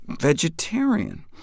vegetarian